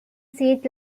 seat